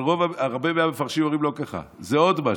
אבל הרבה מהמפרשים אומרים לא ככה, זה עוד משהו: